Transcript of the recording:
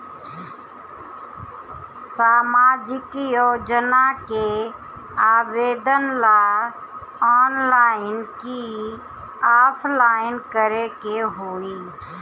सामाजिक योजना के आवेदन ला ऑनलाइन कि ऑफलाइन करे के होई?